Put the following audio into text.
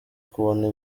kubona